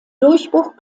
durchbruch